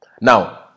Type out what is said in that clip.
Now